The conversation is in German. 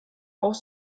auch